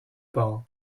bar